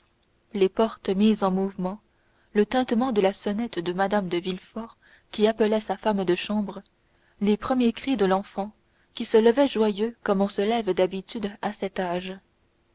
les portes mises en mouvement le tintement de la sonnette de mme de villefort qui appelait sa femme de chambre les premiers cris de l'enfant qui se levait joyeux comme on se lève d'habitude à cet âge